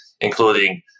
including